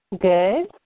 Good